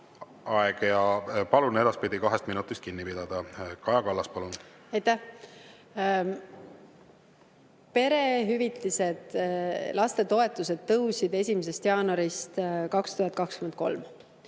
Aitäh! Palun edaspidi kahest minutist kinni pidada. Kaja Kallas, palun! Aitäh! Perehüvitised, lapsetoetused tõusid 1. jaanuarist 2023.